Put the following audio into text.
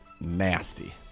nasty